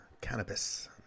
cannabis